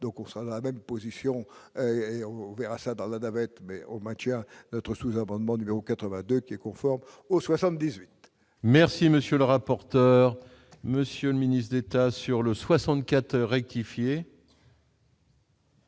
donc on sera la même position et on verra ça dans la navette mais on maintient notre sous-amendement numéro 80 2 qui est conforme aux 78. Merci, monsieur le rapporteur, monsieur le ministre d'État sur le 64 rectifier.